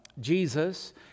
Jesus